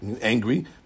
angry